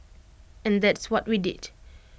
and that's what we did